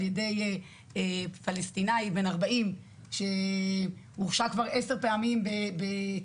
ידי פלסטיני בן 40 שהורשע כבר עשר פעמים בכניסות